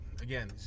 again